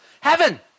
Heaven